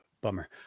Bummer